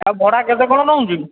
ଆଉ ଭଡ଼ା କେତେ କ'ଣ ନେଉଛୁ